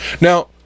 Now